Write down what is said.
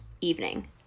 evening